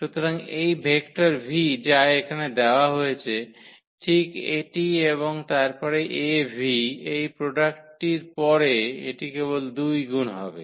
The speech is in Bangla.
সুতরাং এই ভেক্টর v যা এখানে দেওয়া হয়েছে ঠিক এটি এবং তারপরে Av এই প্রোডাক্টটির পরে এটি কেবল 2 গুন হবে